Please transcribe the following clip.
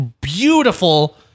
beautiful